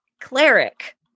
cleric